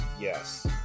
yes